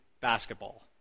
basketball